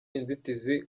inzitizi